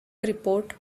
report